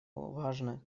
важно